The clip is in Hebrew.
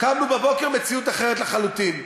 קמנו בבוקר, מציאות אחרת לחלוטין.